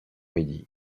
midi